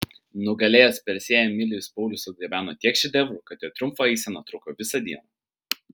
nugalėjęs persėją emilijus paulius atgabeno tiek šedevrų kad jo triumfo eisena truko visą dieną